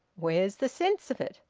where's the sense of it?